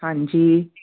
ਹਾਂਜੀ